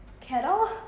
Kettle